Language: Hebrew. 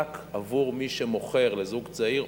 רק עבור מי שמוכר לזוג צעיר,